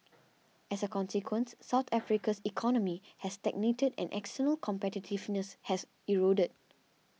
as a consequence South Africa's economy has stagnated and external competitiveness has eroded